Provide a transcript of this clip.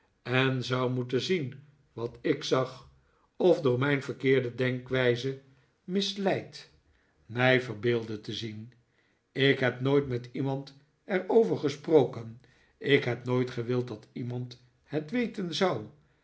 en zou moeten zien wat ik zag of door mijn verkeerde denkwijs misleid mij verbeeldde te zien ik heb nooit met iemand er over gesproken ik heb nooit gewild dat iemand het weten zou